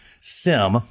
SIM